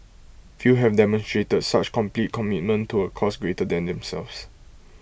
few have demonstrated such complete commitment to A cause greater than themselves